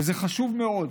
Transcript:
וזה חשוב מאוד.